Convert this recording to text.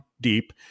deep